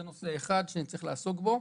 זה נושא אחד שאני צריך לעסוק בו,